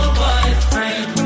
boyfriend